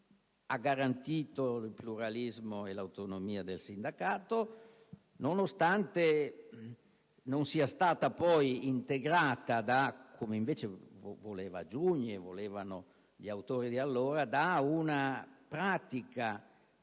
ha garantito il pluralismo e l'autonomia del sindacato, nonostante non sia stata poi integrata, come invece avrebbero voluto Giugni e gli autori di allora, da una pratica